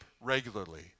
regularly